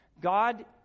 God